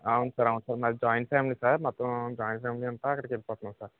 అవును సార్ అవును సార్ మాది జాయింట్ ఫ్యామిలీ సార్ మొత్తం జాయింట్ ఫ్యామిలీ అంతా అక్కడికి వెళ్ళిపోతున్నాం సార్